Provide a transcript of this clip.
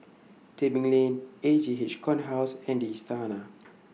Tebing Lane E J H Corner House and The Istana